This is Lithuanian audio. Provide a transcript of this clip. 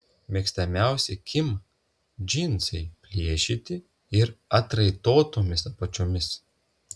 mėgstamiausi kim džinsai plėšyti ir atraitotomis apačiomis